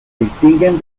distinguen